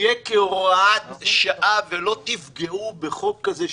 יהיה כהוראת שעה ולא תפגעו בחוק כזה,